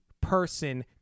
person